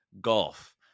Golf